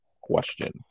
question